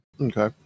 okay